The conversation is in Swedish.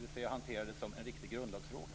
dvs. hanterar frågan som en riktig grundlagsfråga.